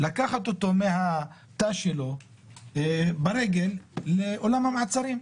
לקחת אותו מהתא שלו ברגל לאולם המעצרים?